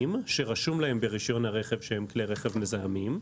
שרשום להם ברישיון הרכב שהם כלי רכב מזהמים.